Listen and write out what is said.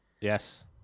Yes